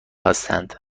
هستند